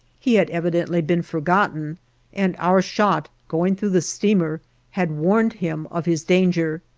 he had evidently been forgotten and our shot going through the steamer had warned him of his danger.